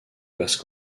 basse